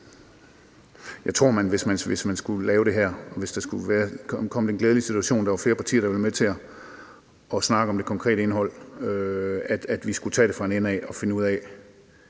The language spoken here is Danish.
Jeg tror, at vi, hvis man skulle lave det her, og hvis man skulle komme i den glædelige situation, at der var flere partier, der ville være med til at snakke om det konkrete indhold, skulle tage det fra en ende af og finde ud af,